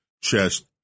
chest